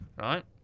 Right